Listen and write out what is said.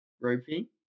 ropey